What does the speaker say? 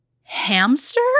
hamster